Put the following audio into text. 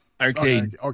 Arcade